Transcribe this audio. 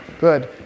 Good